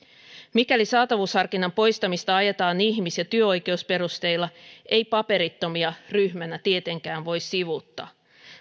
mikäli saatavuusharkinnan poistamista ajetaan ihmis ja työoikeusperusteilla ei paperittomia ryhmänä tietenkään voi sivuuttaa